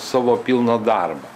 savo pilną darbą